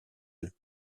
œufs